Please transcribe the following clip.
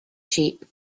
sheep